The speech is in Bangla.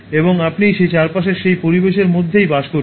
এবং আপনি সেই চারপাশের সেই পরিবেশের মধ্যেই বাস করছেন